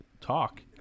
talk